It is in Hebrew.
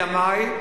אלא מאי?